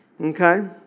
okay